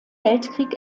weltkrieg